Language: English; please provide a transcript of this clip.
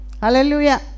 Hallelujah